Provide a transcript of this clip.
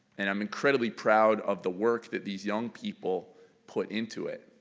and i'm incredibly proud of the work that these young people put into it.